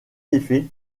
effet